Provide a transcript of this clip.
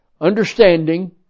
Understanding